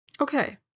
okay